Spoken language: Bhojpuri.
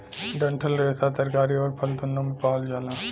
डंठल रेसा तरकारी आउर फल दून्नो में पावल जाला